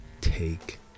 take